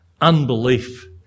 unbelief